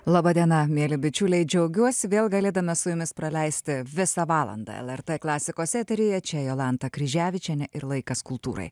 laba diena mieli bičiuliai džiaugiuosi vėl galėdama su jumis praleisti visą valandą el er tė klasikos eteryje čia jolanta kryževičienė ir laikas kultūrai